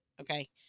Okay